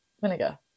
vinegar